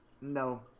No